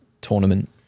tournament